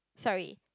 sorry